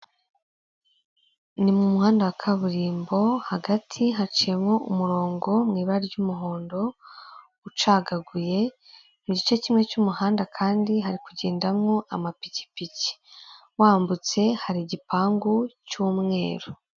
Ni mu muhanda wa kaburimbo, hagati haciyemo umurongo mu ibara ry'umuhondo ucagaguye, mu gice kimwe cy'umuhanda kandi hari kugendamo amapikipiki, wambutse hari igipangu cy'umweru.